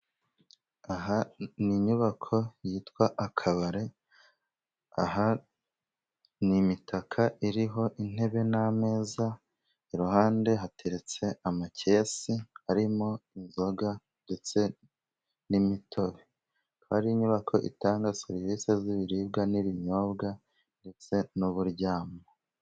Aha ni inyubako yitwa akabare, aha ni imitaka iriho intebe n'ameza, iruhande hateretse amakesi arimo inzoga ndetse n'imitobe. Hari inyubako itanga serivisi z'ibiribwa, n'ibinyobwa, ndetse n'uburyamo.